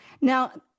Now